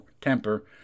temper